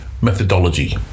methodology